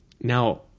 now